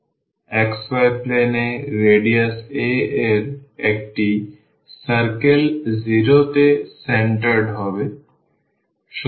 সুতরাং xy plane এ radius a এর একটি circle 0 তে কেন্দ্র হবে